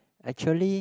actually